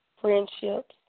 Friendships